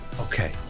okay